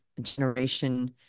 generation